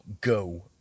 Go